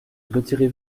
retirez